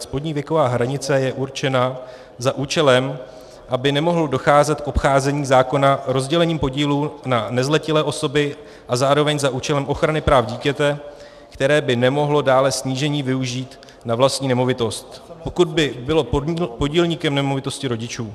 Spodní věková hranice je určena za účelem, aby nemohlo docházet k obcházení zákona rozdělením podílů na nezletilé osoby, a zároveň za účelem ochrany práv dítěte, které by nemohlo dané snížení využít na vlastní nemovitost, pokud by bylo podílníkem nemovitosti rodičů.